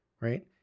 right